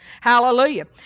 Hallelujah